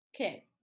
okay